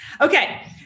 Okay